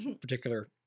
particular